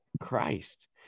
Christ